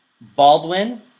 Baldwin